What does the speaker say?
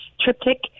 Triptych